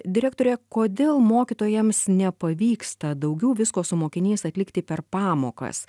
direktore kodėl mokytojams nepavyksta daugiau visko su mokiniais atlikti per pamokas